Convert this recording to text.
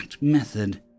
method